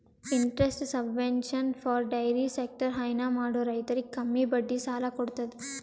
interest subvention for dairy sector ಹೈನಾ ಮಾಡೋ ರೈತರಿಗ್ ಕಮ್ಮಿ ಬಡ್ಡಿ ಸಾಲಾ ಕೊಡತದ್